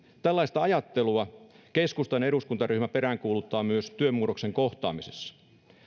tällaista ajattelua keskustan eduskuntaryhmä peräänkuuluttaa myös työn murroksen kohtaamiseen